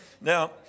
Now